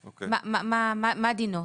מה דינו?